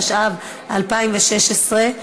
התשע"ו 2016,